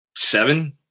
Seven